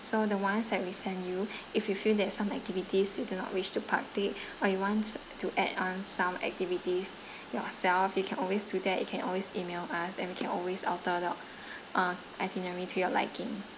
so the ones that we send you if you feel that some activities you do not wish to partake or you want to add on some activities yourself you can always do that you can always email us and we can always alter the uh itinerary to your liking